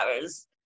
hours